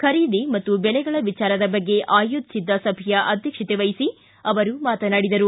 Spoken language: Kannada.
ಖರೀದಿ ಹಾಗೂ ಬೆಲೆಗಳ ವಿಚಾರದ ಬಗ್ಗೆ ಆಯೋಜಿಸಿದ್ದ ಸಭೆಯ ಅಧ್ಯಕ್ಷತೆ ವಹಿಸಿ ಅವರು ಮಾತನಾಡಿದರು